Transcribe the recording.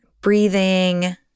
breathing